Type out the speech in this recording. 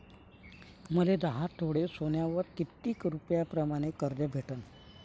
मले दहा तोळे सोन्यावर कितीक रुपया प्रमाण कर्ज भेटन?